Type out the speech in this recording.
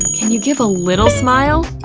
can you give a little smile?